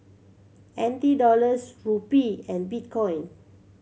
N T Dollars Rupee and Bitcoin